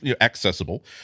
accessible